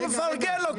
אני מפרגן לו,